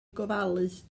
gofalus